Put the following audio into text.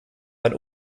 ein